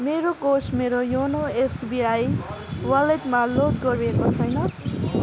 मेरो कोष मेरो योनो एसबिआई वालेटमा लोड गरिएको छैन